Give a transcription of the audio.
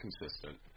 consistent